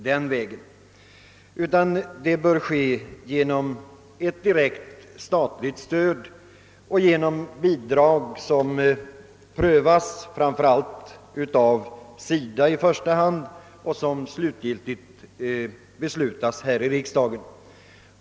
Det bör enligt vår mening i stället lämnas ett direkt statligt stöd genom bidrag som prövas i första hand av SIDA och slutgiltigt beslutas här i riksdagen.